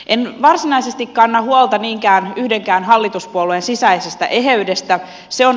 en varsinaisesti kanna huolta niinkään yhdenkään hallituspuolueen sisäisestä eheydestä se on